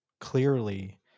clearly